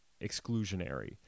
exclusionary